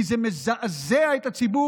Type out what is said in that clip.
כי זה מזעזע את הציבור.